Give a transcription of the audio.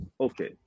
okay